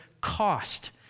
cost